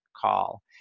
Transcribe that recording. call